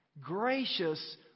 gracious